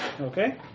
Okay